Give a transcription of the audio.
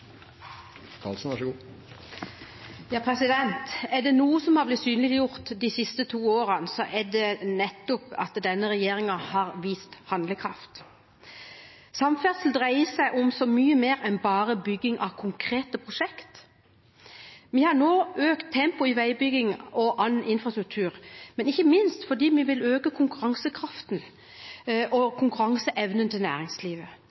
seg om så mye mer enn bare bygging av konkrete prosjekt. Vi har nå økt tempoet i veibygging og annen infrastruktur, ikke minst fordi vi vil øke konkurransekraften og -evnen til næringslivet.